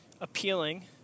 appealing